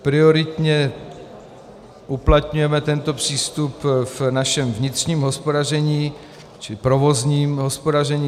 Prioritně uplatňujeme tento přístup v našem vnitřním hospodaření či provozním hospodaření.